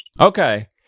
Okay